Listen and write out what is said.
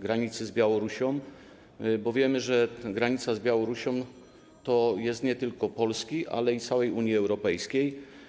granicy z Białorusią, bo wiemy, że granica z Białorusią to granica nie tylko Polski, ale i całej Unii Europejskiej.